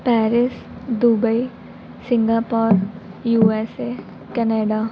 Paris Dubai Singapore USA Canada